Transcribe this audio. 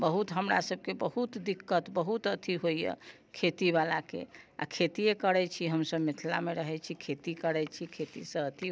बहुत हमरा सभकेँ बहुत दिक्कत बहुत अथि होइया खेती बलाके आ खेतिये करैत छी हम सभ मिथिलामे रहैत छी खेती करैत छी खेती से अथि